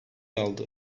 aldı